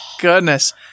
goodness